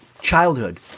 Childhood